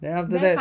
then after that